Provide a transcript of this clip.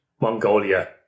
Mongolia